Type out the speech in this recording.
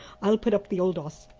i'll put up the old oss.